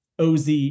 OZ